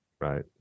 Right